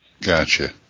Gotcha